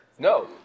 No